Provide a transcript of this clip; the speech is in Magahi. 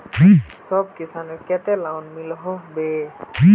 सब किसानेर केते लोन मिलोहो होबे?